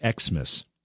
Xmas